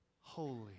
holy